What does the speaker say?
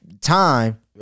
time